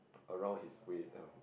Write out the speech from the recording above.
around his waist